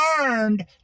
learned